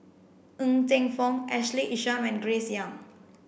Ng Teng Fong Ashley Isham and Grace Young